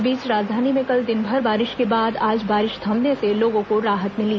इस बीच राजधानी में कल दिनभर बारिश के बाद आज बारिश थमने से लोगों को राहत मिली